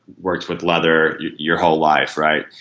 worked with leather your whole life, right?